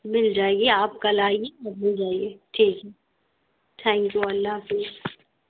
مل جائے گی آپ کل آئیے مل جائے گی ٹھیک ہے ٹھینک یو اللہ حافظ